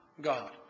God